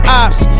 ops